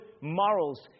morals